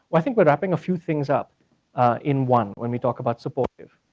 i think we're wrapping a few things up in one when we talk about supportive.